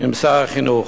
עם שר החינוך.